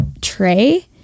tray